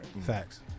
Facts